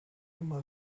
immer